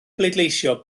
bleidleisio